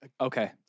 okay